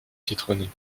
citronnée